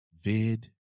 Vid